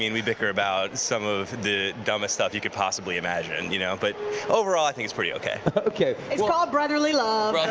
and we bicker about some of the dumbest stuff you could possibly imagine. you know but overall i think it's pretty okay. it's called brotherly love.